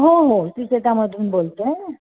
हो हो सुचेतामधून बोलते